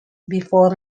before